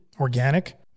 organic